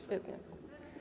Świetnie.